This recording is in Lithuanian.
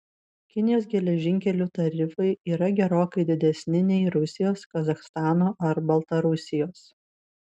kinijos geležinkelių tarifai yra gerokai didesni nei rusijos kazachstano ar baltarusijos